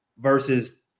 versus